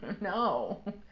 No